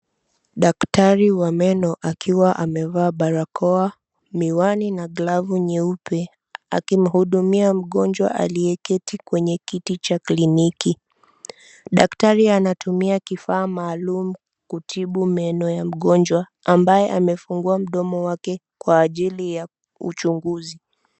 Daktari wa meno, akiwa amevaa barakoa, miwani na glavu nyeupe akimhudumia mgonjwa aliyeketi kwenye kiti cha kliniki. Daktari anatumia kifaa maalum kutibu meno ya mgonjwa, ambaye amefungua mdomo wake kwa ajili ya uchunguzi.